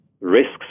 risks